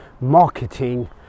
marketing